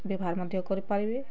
ବ୍ୟବହାର ମଧ୍ୟ କରିପାରିବେ